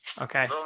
Okay